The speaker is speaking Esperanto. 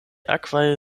akvaj